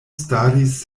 staris